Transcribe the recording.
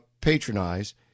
patronize